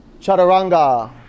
Chaturanga